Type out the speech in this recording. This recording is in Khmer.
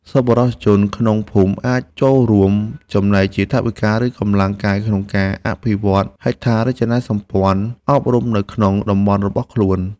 សប្បុរសជនក្នុងភូមិអាចចូលរួមចំណែកជាថវិកា ឬកម្លាំងកាយក្នុងការអភិវឌ្ឍហេដ្ឋារចនាសម្ព័ន្ធអប់រំនៅក្នុងតំបន់របស់ខ្លួន។